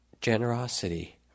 generosity